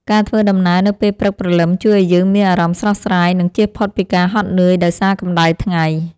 ការធ្វើដំណើរនៅពេលព្រឹកព្រលឹមជួយឱ្យយើងមានអារម្មណ៍ស្រស់ស្រាយ និងជៀសផុតពីការហត់នឿយដោយសារកម្តៅថ្ងៃ។